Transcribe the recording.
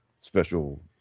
special